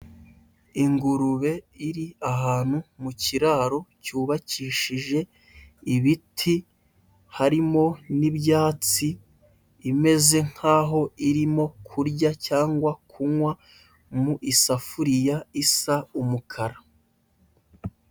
Ingurube iri ahantu mu kiraro cyubakishije ibiti harimo n'ibyatsi imeze nkaho irimo kurya cyangwa kunywa mu isafuriya isa umukara.